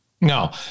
No